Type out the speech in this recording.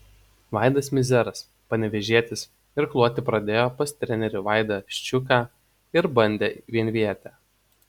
vaidas mizeras panevėžietis irkluoti pradėjo pas trenerį vaidą ščiuką ir bandė vienvietę